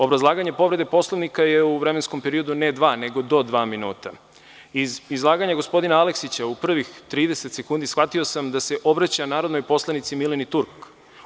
Obrazlaganje povrede Poslovnika je u vremenskom periodu ne dva, nego do dva minuta iz izlaganje gospodina Aleksića u prvih 30 sekundi shvatio sam da se obraća narodnoj poslanici Mileni Turk.